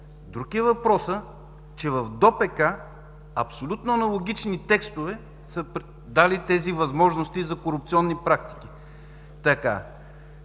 Друг е въпросът, че в ДОПК абсолютно аналогични текстове са дали тези възможности за корупционни практики.